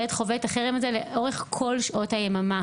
והילד חווה את החרם הזה לאורך כל שעות היממה.